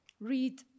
read